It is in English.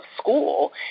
school